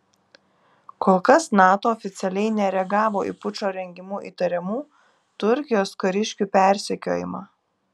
kol kas nato oficialiai nereagavo į pučo rengimu įtariamų turkijos kariškių persekiojimą